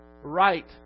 right